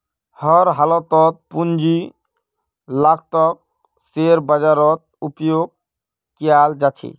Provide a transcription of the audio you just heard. हर हालतत पूंजीर लागतक शेयर बाजारत उपयोग कियाल जा छे